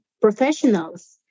professionals